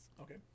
Okay